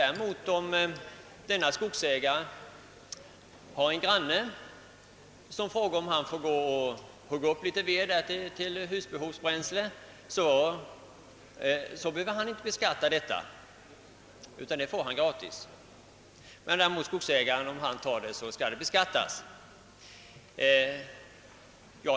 Om en skogsägare ger sin granne löfte om att hugga upp ved till husbehovsbränsle, behöver den senare inte betala skatt på detta bränsle, utan han får det gratis. Om däremot skogsägaren använder bränslet skall det beskattas.